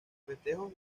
festejos